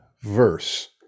verse